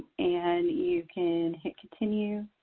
and you can hit continue.